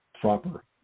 proper